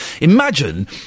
Imagine